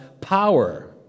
power